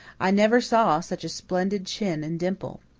i never saw such a splendid chin and dimple.